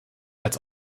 als